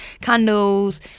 candles